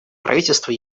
правительство